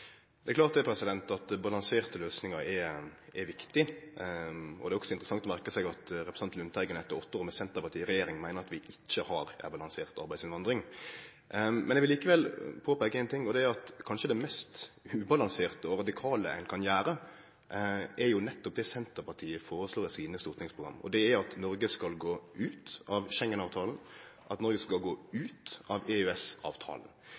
Det er klart at balanserte løysingar er viktig. Det er òg interessant å merke seg at representanten Lundteigen etter åtte år med Senterpartiet i regjering meiner at vi ikkje har ei balansert arbeidsinnvandring. Eg vil likevel påpeike éin ting, og det er at kanskje det mest ubalanserte og radikale ein kan gjere, er nettopp det Senterpartiet foreslår i sine partiprogram, og det er at Noreg skal gå ut av